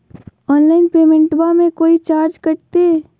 Online पेमेंटबां मे कोइ चार्ज कटते?